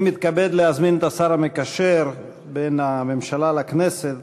אני מתכבד להזמין את השר המקשר בין הממשלה לכנסת,